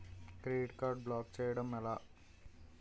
Credit card block చేయడం ఎలా?